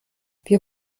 wir